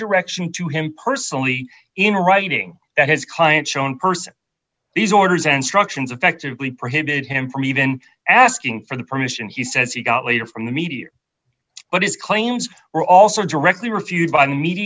direction to him personally in writing that his client shown person these orders and structures effectively prohibited him from even asking for the permission he says he got later from the media but his claims were also directly refused by the me